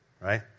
right